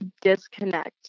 disconnect